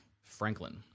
Franklin